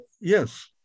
yes